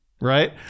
Right